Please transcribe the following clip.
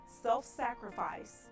self-sacrifice